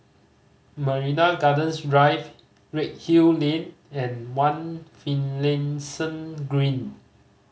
Marina Gardens Drive Redhill Lane and One Finlayson Green